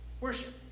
Worship